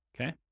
okay